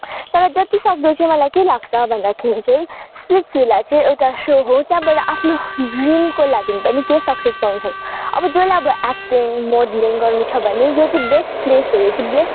तर जतिसक्दो चाहिँ मलाई के लाग्छ भन्दाखेरि चाहिँ स्प्लिट्सभिल्ला चाहिँ एउटा सो हो त्यहाँबाट आफ्नो ड्रिमको लागि पनि केही सक्सेस पाउनुसक्छ अब जसलाई अब एक्टिङ मोडलिङ गर्नुछ भने यो चाहिँ बेस्ट प्लेस हो यो चाहिँ बेस्ट